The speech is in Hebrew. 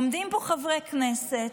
עומדים פה חברי כנסת,